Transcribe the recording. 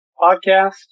podcast